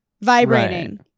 vibrating